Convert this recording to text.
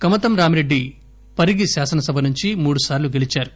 కమతం రామిరెడ్డి పరిగి శాసనసభ నుంచి మూడు సార్లు గెలీచారు